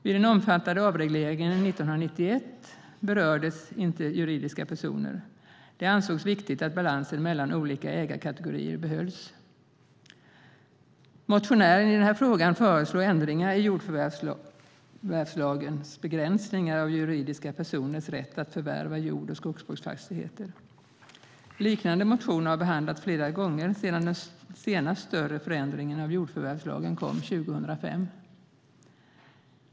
Vid den omfattande avregleringen 1991 berördes inte juridiska personer. Det ansågs viktigt att balansen mellan olika ägarkategorier behölls. Motionären i frågan föreslår ändringar i jordförvärvslagens begränsningar av juridiska personers rätt att förvärva jord och skogsbruksfastigheter. Liknande motioner har behandlats flera gånger sedan den senaste större förändringen av jordförvärvslagen kom 2005.